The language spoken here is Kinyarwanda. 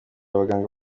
abaganga